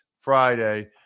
Friday